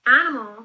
animal